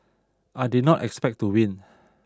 I did not expect to win